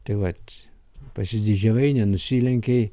tai vat pasididžiavai nenusilenkei